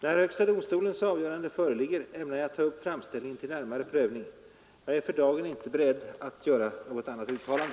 När högsta domstolens avgörande föreligger ämnar jag ta upp framställningarna till närmare prövning. Jag är för dagen inte beredd att göra något närmare uttalande.